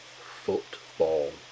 football